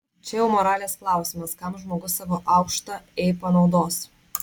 čia jau moralės klausimas kam žmogus savo aukštą ei panaudos